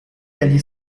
degli